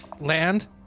land